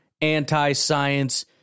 anti-science